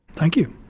thank you.